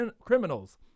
criminals